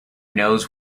knows